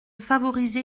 favoriser